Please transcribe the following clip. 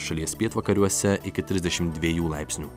šalies pietvakariuose iki trisdešim dviejų laipsnių